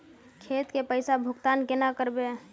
खेत के पैसा भुगतान केना करबे?